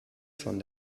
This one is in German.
von